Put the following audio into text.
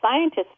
scientists